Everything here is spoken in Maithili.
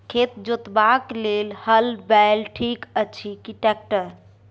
खेत जोतबाक लेल हल बैल ठीक अछि की ट्रैक्टर?